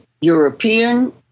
European